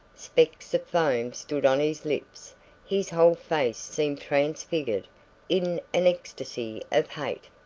specks of foam stood on his lips his whole face seemed transfigured in an ecstasy of hate.